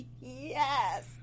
yes